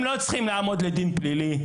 הם לא צריכים לעמוד לדין פלילי.